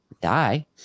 die